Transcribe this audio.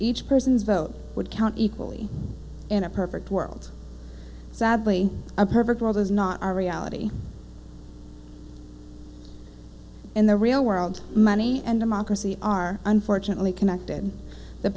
each person's vote would count equally in a perfect world sadly a perfect world is not our reality in the real world money and democracy are unfortunately connected the